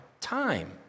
time